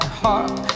heart